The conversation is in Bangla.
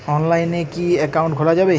অনলাইনে কি অ্যাকাউন্ট খোলা যাবে?